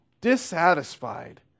dissatisfied